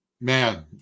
man